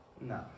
No